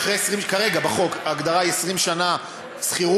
כרגע, בחוק, ההגדרה היא 20 שנה שכירות.